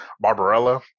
Barbarella